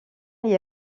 est